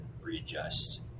readjust